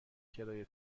کرایه